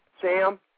Sam